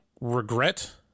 regret